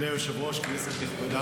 אדוני היושב-ראש, כנסת נכבדה.